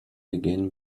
again